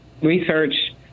research